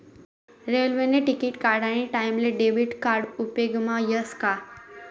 रेल्वेने तिकिट काढानी टाईमले डेबिट कार्ड उपेगमा यस का